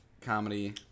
comedy